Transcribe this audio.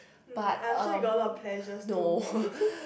hmm I'm sure you have got a lot of pleasures too